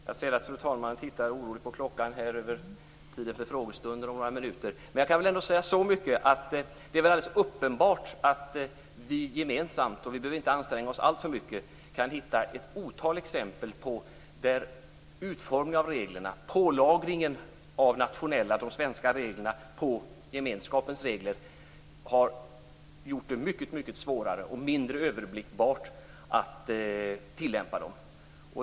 Fru talman! Jag ser att fru talmannen tittar oroligt på klockan. Det är tid för frågestund om några minuter. Det är alldeles uppenbart att vi gemensamt - vi behöver inte anstränga oss alltför mycket - kan hitta ett otal exempel på att pålagringen av svenska regler på gemenskapens regler har gjort det mycket svårare och mindre överblickbart att tillämpa dem.